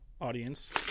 audience